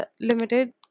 Limited